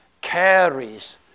carries